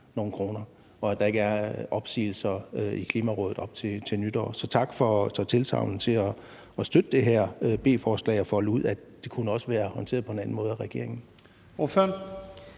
nogle kroner, og at der ikke er opsigelser i Klimarådet op til nytår. Så tak for tilsagnet om at støtte det her beslutningsforslag og folde ud, at det også kunne have været håndteret på en anden måde af regeringen.